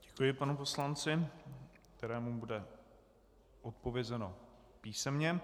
Děkuji panu poslanci, kterému bude odpovězeno písemně.